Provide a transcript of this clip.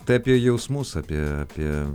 tai apie jausmus apie apie